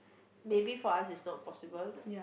maybe for us is not possible